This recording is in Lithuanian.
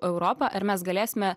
europą ar mes galėsime